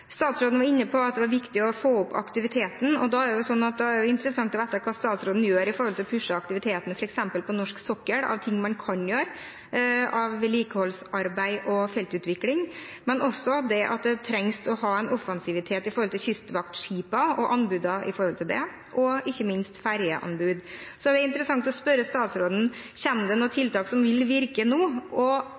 Statsråden var inne på at det var viktig å få opp aktiviteten. Da er det interessant å vite hva statsråden gjør for å pushe aktiviteten f.eks. på norsk sokkel – ting man kan gjøre av vedlikeholdsarbeid og feltutvikling. Men man trenger også å være offensiv når det gjelder kystvaktskipene og anbudene i forbindelse med det, og ikke minst ferjeanbud. Så det er interessant å spørre statsråden: Kommer det noen tiltak som vil virke nå, og